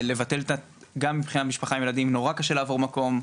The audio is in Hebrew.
גם מבחינת משפחה עם ילדים זה נורא קשה לעבור מקום,